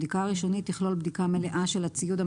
הבדיקה הראשונית תכלול בדיקה מלאה של הציוד,